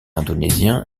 indonésien